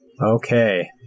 Okay